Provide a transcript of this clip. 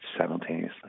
simultaneously